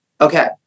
Okay